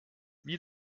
wie